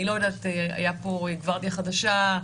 הייתה פה גוורדיה חדשה,